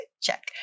Check